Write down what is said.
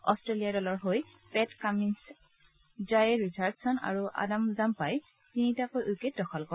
Australia দলৰ হৈ Pat Cummins Jhye Richardson আৰু আডাম জাম্পাই তিনিটাকৈ উইকেট দখল কৰে